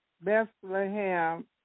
Bethlehem